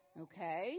Okay